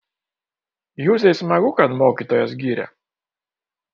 juzei smagu kad mokytojas giria